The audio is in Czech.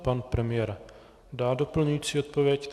Pan premiér dá doplňující odpověď.